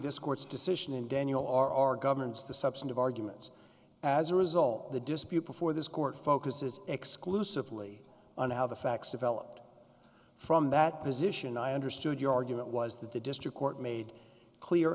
this court's decision and daniel are our governments the substantive arguments as a result the dispute before this court focuses exclusively on how the facts developed from that position i understood your argument was that the district court made clear